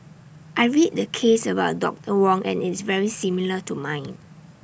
I read the case about doctor Wong and it's very similar to mine